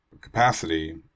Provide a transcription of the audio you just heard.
capacity